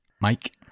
Mike